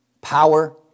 power